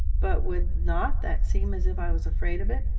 but would not that seem as if i was afraid of it?